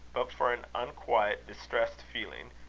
but for an unquiet, distressed feeling,